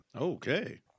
Okay